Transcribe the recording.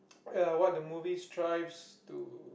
uh what the movie strives to